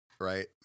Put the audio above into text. right